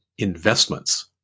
investments